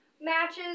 matches